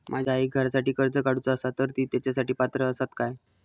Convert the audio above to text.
माझ्या आईक घरासाठी कर्ज काढूचा असा तर ती तेच्यासाठी पात्र असात काय?